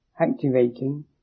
activating